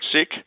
sick